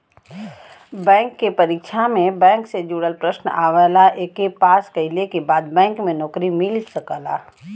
bank के परीक्षा में बैंक से जुड़ल प्रश्न आवला एके पास कइले के बाद बैंक में नौकरी मिल सकला